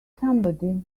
somebody